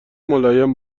ملایم